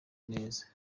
neza